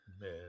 man